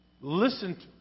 listen